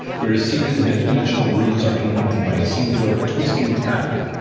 where a series of inter-dimensional rooms are connected by a singular twisting tower,